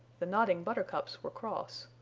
the nodding buttercups were cross.